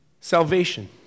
Salvation